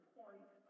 point